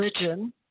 religion